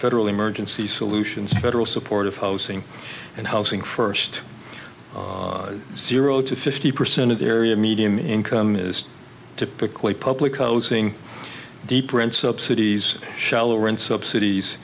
federal emergency solutions federal support of housing and housing first zero to fifty percent of the area medium income is typically public housing deep rent subsidies shallow rent subsidies